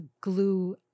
Glue